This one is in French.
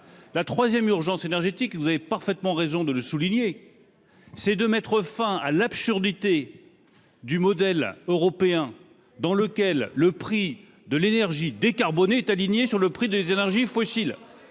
La troisième urgence, énergétique, vous avez parfaitement raison de le souligner, monsieur le sénateur, est de mettre fin à l'absurdité du modèle européen dans lequel le prix de l'énergie décarbonée est aligné sur le prix des énergies fossiles.